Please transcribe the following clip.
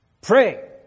Pray